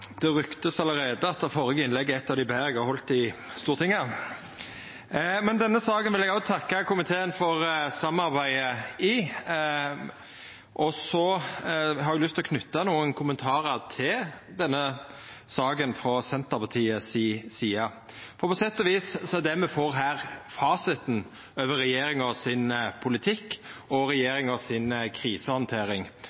Det går allereie rykte om at det førre innlegget er eit av dei betre eg har halde i Stortinget. Òg i denne saka vil eg takka komiteen for samarbeidet. Så har eg lyst å knyta nokre kommentarar til ho frå Senterpartiet si side. På sett og vis er det me får her, fasiten for politikken og krisehandteringa til regjeringa. Og